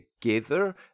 together